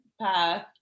path